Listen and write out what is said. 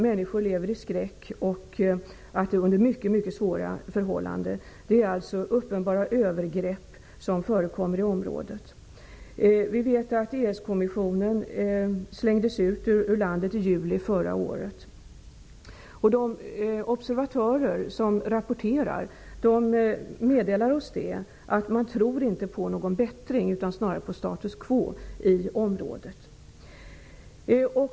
Människor lever i skräck och det råder mycket svåra förhållanden. Det förekommer alltså uppenbara övergrepp i området. Vi vet att ESK-kommissionen slängdes ut ur landet i juli förra året. De observatörer som rapporterar har meddelat att de inte tror på en bättring utan snarare på status quo i området.